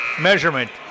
measurement